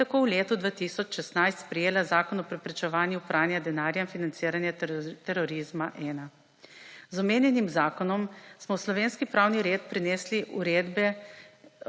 in tako v letu 2016 sprejela Zakon o preprečevanju pranja denarja in financiranja terorizma 1 (ZPPDFT-1). Z omenjenim zakonom smo v slovenski pravni red prenesli uredbe